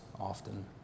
often